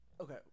okay